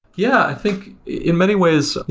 yeah. i think in many ways,